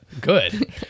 Good